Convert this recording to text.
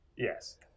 Yes